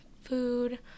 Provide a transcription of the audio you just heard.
food